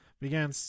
began